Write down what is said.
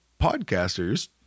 podcasters